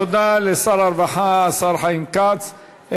תודה לשר הרווחה, השר חיים כץ.